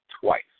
twice